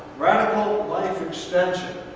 radical life extension.